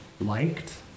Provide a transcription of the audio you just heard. liked